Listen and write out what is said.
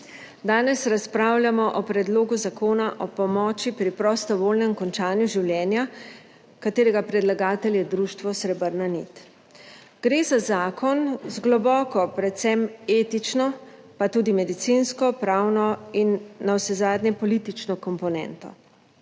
Danes razpravljamo o Predlogu zakona o pomoči pri prostovoljnem končanju življenja, katerega predlagatelj je društvo Srebrna nit. Gre za zakon z globoko, predvsem etično, pa tudi medicinsko, pravno in navsezadnje politično komponento.